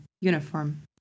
Uniform